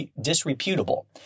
disreputable